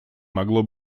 могло